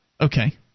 Okay